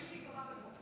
" כפי שייקבע בחוק.